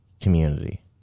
community